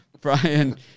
Brian